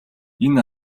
энэ